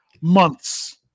months